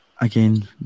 Again